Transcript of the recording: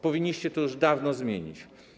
Powinniście to już dawno zmienić.